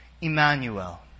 Emmanuel